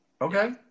okay